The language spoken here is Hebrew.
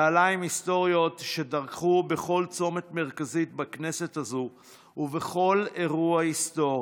נעליים היסטוריות שדרכו בכל צומת מרכזי בכנסת הזאת ובכל אירוע היסטורי.